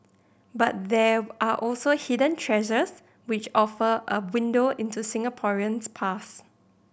but there are also hidden treasures which offer a window into Singapore's past